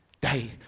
day